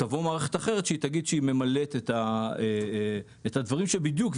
תבוא מערכת אחרת שתגיד שהיא ממלאת את הדברים האלה בדיוק,